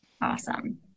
Awesome